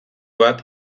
bat